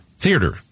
Theater